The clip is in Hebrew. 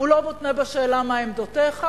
הוא לא מותנה בשאלה מהן עמדותיך,